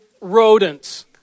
rodents